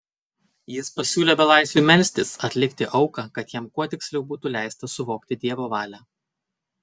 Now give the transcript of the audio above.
jis pasiūlė belaisviui melstis atlikti auką kad jam kuo tiksliau būtų leista suvokti dievo valią